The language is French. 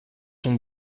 sont